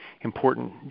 important